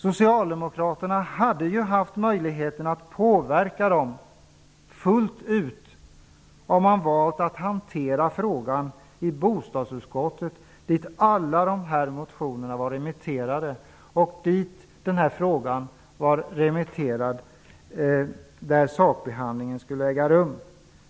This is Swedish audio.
Socialdemokraterna hade ju haft möjligheten att påverka dessa fullt ut, om de hade valt att hantera frågan i bostadsutskottet, dit alla dessa motioner hade remitterats och där sakbehandlingen skulle äga rum.